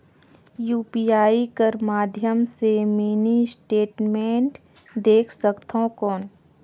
UPI कर माध्यम से मिनी स्टेटमेंट देख सकथव कौन?